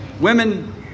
women